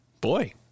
boy